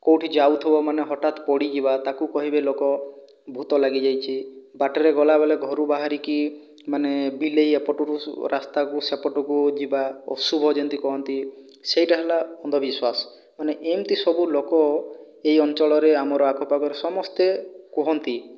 କେଉଁଠି ଯାଉଥିବ ମାନେ ହଠାତ୍ ପଡ଼ିଯିବା ତାକୁ କହିବେ ଲୋକ ଭୂତ ଲାଗି ଯାଇଛି ବାଟରେ ଗଲାବେଳେ ଘରୁ ବହାରିକି ମାନେ ବିଲେଇ ଏପଟରୁ ରାସ୍ତାକୁ ସେପଟକୁ ଯିବା ଅଶୁଭ ଯେମିତି କହନ୍ତି ସେଇଟା ହେଲା ଅନ୍ଧବିଶ୍ଵାସ ମାନେ ଏମିତି ସବୁ ଲୋକ ଏଇ ଅଞ୍ଚଳରେ ଆମର ଆଖ ପାଖରେ ସମସ୍ତେ କୁହନ୍ତି